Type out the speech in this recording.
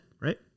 right